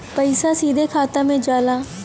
पइसा सीधे खाता में जाला